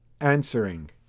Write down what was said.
answering